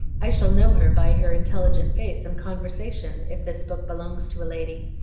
i shall know her by her intelligent face and conversation, if this book belongs to a lady.